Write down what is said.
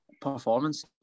performance